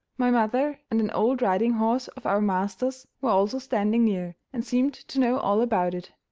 my mother and an old riding horse of our master's were also standing near, and seemed to know all about it.